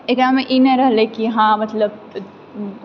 एकरामऽ ई नहि रहलय कि हँ मतलब